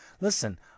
Listen